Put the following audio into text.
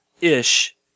ish